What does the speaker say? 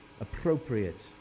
appropriate